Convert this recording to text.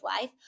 life